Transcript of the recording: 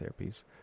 therapies